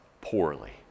poorly